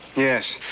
yes,